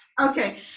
okay